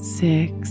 six